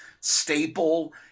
staple